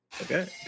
Okay